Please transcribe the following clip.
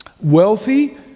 wealthy